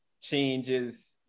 changes